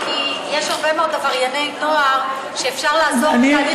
כי יש הרבה מאוד עברייני נוער שאפשר לעזור בתהליך,